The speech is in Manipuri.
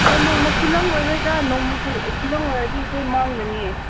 ꯑꯦ ꯅꯣꯡꯃ ꯈꯨꯂꯪ ꯑꯣꯏꯔꯣꯏꯗ ꯅꯣꯡꯃ ꯈꯨꯂꯪ ꯑꯣꯏꯔꯗꯤ ꯑꯩꯈꯣꯏ ꯃꯥꯡꯒꯅꯤ